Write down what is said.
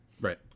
Right